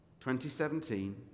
2017